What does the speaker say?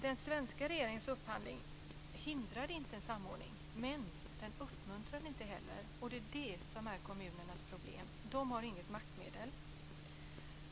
Den svenska regeringens upphandling däremot hindrar inte en samordning, men den uppmuntrar den inte heller, och det är det som är kommunernas problem: De har inget maktmedel.